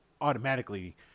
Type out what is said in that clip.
automatically